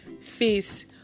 face